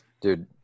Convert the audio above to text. Dude